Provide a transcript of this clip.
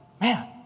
man